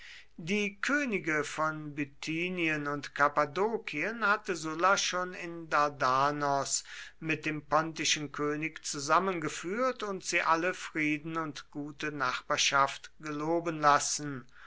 die könige von bithynien und kappadokien hatte sulla schon in dardanos mit dem pontischen könig zusammengeführt und sie alle frieden und gute nachbarschaft geloben lassen